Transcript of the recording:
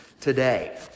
today